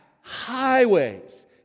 highways